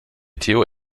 theo